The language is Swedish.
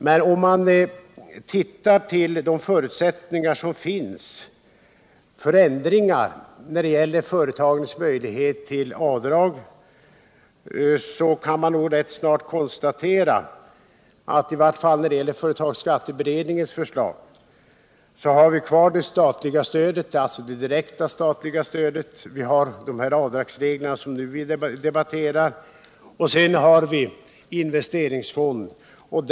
Men om man ser på de förutsättningar som finns för ändringar i företagens möjligheter till avdrag, så kan man rätt snart konstatera — i vart fall då det gäller företagsskatteberedningens förslag — att vi har kvar det direkta statliga stödet. Vi har de avdragsregler som vi nu debatterar, och vi har investeringsfonden.